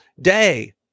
day